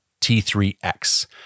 T3X